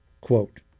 Quote